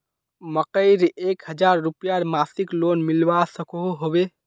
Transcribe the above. मकईर एक हजार रूपयार मासिक लोन मिलवा सकोहो होबे?